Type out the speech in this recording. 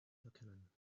erkennen